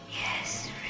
Yes